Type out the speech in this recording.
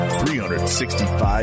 365